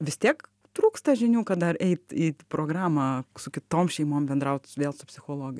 vis tiek trūksta žinių kad dar eit į programą su kitom šeimom bendraut vėl su psichologais